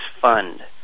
Fund